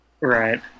right